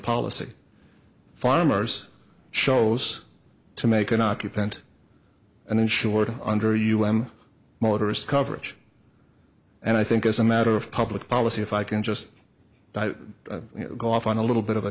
policy farmers chose to make an occupant and insured under un motorist coverage and i think it's a matter of public policy if i can just go off on a little bit of a